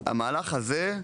המהלך הזה,